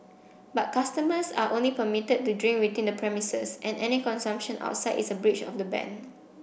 but customers are only permitted to drink within the premises and any consumption outside is a breach of the ban